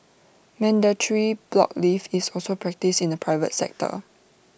mandatory block leave is also practised in the private sector